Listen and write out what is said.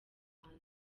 rwanda